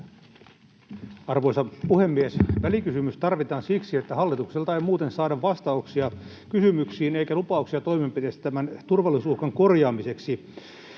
Arvoisa puhemies! Välikysymys tarvitaan siksi, että hallitukselta ei muuten saada vastauksia kysymyksiin eikä lupauksia toimenpiteistä tämän turvallisuusuhkan korjaamiseksi.